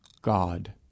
God